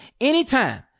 anytime